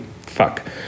Fuck